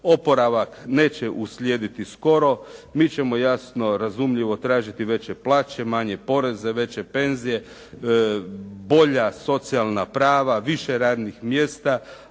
Oporavak neće uslijediti skoro, mi ćemo jasno razumljivo tražiti veće plaće, manje poreze, veće penzije, bolja socijalna prava, više radnih mjesta,